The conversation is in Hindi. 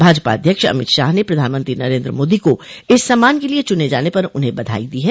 भाजपा अध्यक्ष अमित शाह ने प्रधानमंत्री नरेन्द्र मोदी को इस सम्मान के लिये चुने जाने पर उन्हें बधाई दी है